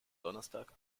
donnerstag